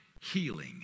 healing